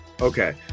Okay